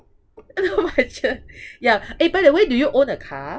not much ah ya eh by the way do you own a car